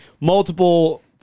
Multiple